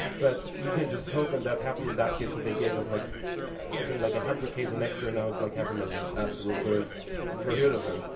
but you can just hope and that happened in that case if they gave us like i think one like hundred k the next year, and i was like half a million. absolutely beautiful.